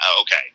okay